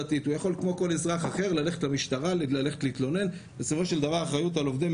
ב-05:00 בשביל לספק ביום ראשון אחר הצוהריים.